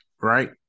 right